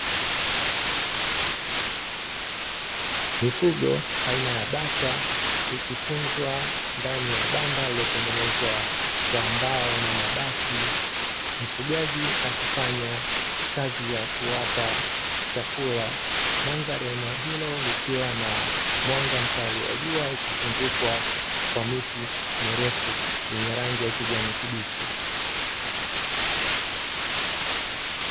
Mifugo aina ya bata ikitunzwa ndani ya banda iliyotengenezwa kwa mbao na mabati. Mfugaji akifanya kazi ya kuwapa chakula, mandhari ya eneo hilo likiwa na mwanga mkali wa jua ikizungukwa kwa miti mirefu yenye rangi ya ukijani kibichi.